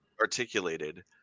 articulated